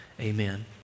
Amen